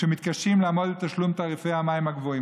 והם מתקשים לעמוד בתשלום תעריפי המים הגבוהים.